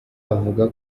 avuga